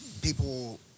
people